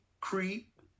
Creep